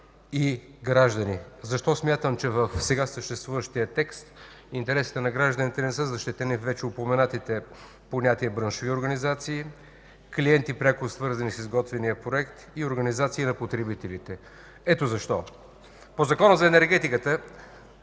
и граждани? Защо смятам, че в сега съществуващия текст интересите на гражданите не са защитени във вече упоменатите понятия браншови организации, клиенти, пряко свързани с изготвяния проект и организации на потребителите? Ето защо. По Закона за енергетиката,